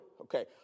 Okay